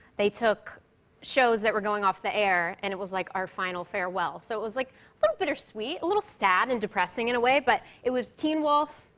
they took shows that were going off the air, and it was like our final farewell. so it was, like, a little bittersweet, a little sad and depressing in a way. but it was teen wolf,